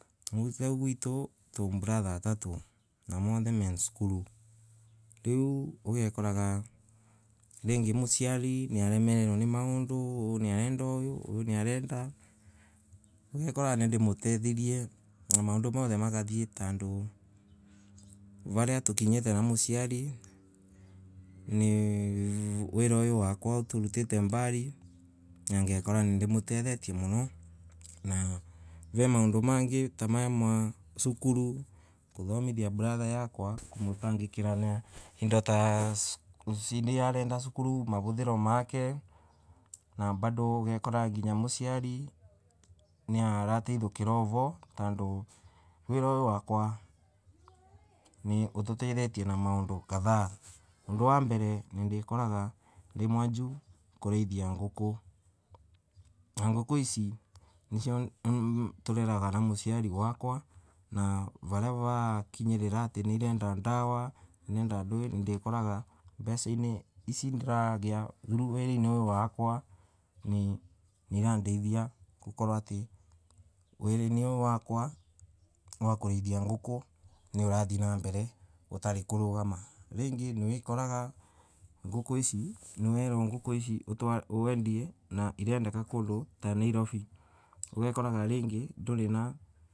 Mucii gwito twi mbratha atatu na monthe me sukuru, lay ugekoraga muciari noaremererwa ni maondo, ooh niarenda oyo ooh niarenda ogekora nademotethiria na maondo monthe makathii tondo varia tukinyate na muciari ni wira uyu wakwauturutate mbari na ngekora ndamotethetie muno, na ve maondo mengay ta ma masukuru kothomithiathia bratha yakwa kumutangikira ta indo iria arenda sukuru, mavothar make nab ado ugekora nginya muciari niarateithokara vo tondo wira oyo wakwa ni utetethetie na maondo kadhi ondo wa mbere nindikuraga ndimwanju kurathia ngoko, tureraga na muciari wakwa, varia va kinyarara ati ni irenda ndawa ndikoraga mbeca isi ndiragia wiraina oyo wakwa niradeithia gukorwa ati wira inay oyo wakwa kuraithia ngoko niurathia na mbele utarikorogoma rangay niukoraga ngoko isi niwerwa wendie kondo ta ngira wikoraga rangay nduri na.